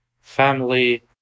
family